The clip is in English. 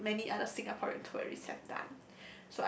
like many other Singaporean tourists have done